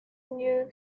new